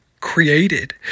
created